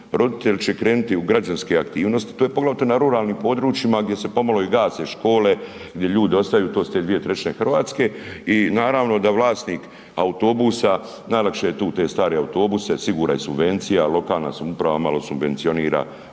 roditelji će krenuti u građanske aktivnosti. To je poglavito na ruralnim područjima gdje se pomalo i gase škole, gdje ljudi ostaju, to su te dvije trećine Hrvatske. I naravno da vlasnik autobusa, najlakše je tu te stare autobuse, sigurne subvencije lokalna samouprava malo subvencionira,